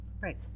Right